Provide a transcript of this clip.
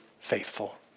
faithful